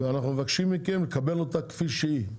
ואנחנו מבקשים מכם לקבל אותה כפי שהיא.